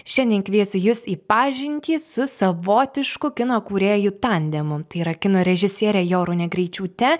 šiandien kviesiu jus į pažintį su savotišku kino kūrėjų tandemu tai yra kino režisiere jorūne greičiūte